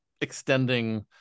extending